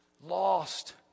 lost